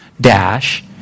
dash